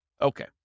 Okay